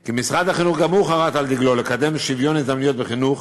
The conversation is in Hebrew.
כי משרד החינוך גם הוא חרת על דגלו לקדם שוויון הזדמנויות בחינוך.